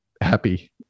happy